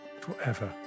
forever